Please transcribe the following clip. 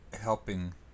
helping